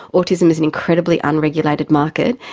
autism is an incredibly unregulated market,